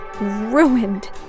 ruined